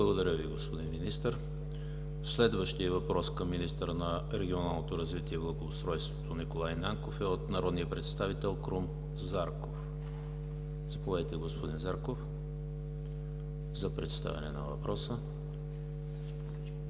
Благодаря Ви, господин Министър. Следващият въпрос към министъра на регионалното развитие и благоустройството Николай Нанков е от народния представител Крум Зарков. Заповядайте, господин Зарков, за представяне на въпроса.